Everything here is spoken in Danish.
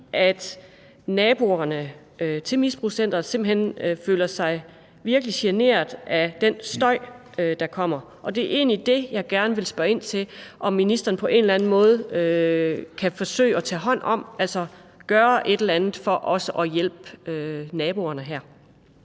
naboerne til misbrugscenteret simpelt hen føler sig meget generet af den støj, der kommer. Det er egentlig det, jeg gerne vil spørge ind til, altså om ministeren på en eller anden måde kan forsøge at tage hånd om det, altså gøre et eller andet for også at hjælpe naboerne her.